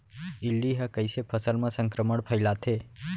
इल्ली ह कइसे फसल म संक्रमण फइलाथे?